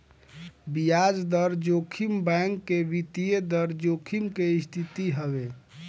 बियाज दर जोखिम बैंक के वित्तीय दर जोखिम के स्थिति हवे